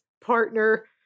partner